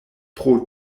pro